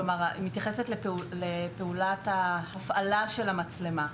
כלומר, היא מתייחסת לפעולת ההפעלה של המצלמה.